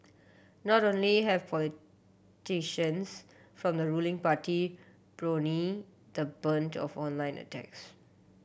not only have politicians from the ruling party borne the brunt of online attacks